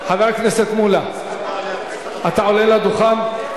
חבר הכנסת מולה, אתה עולה לדוכן?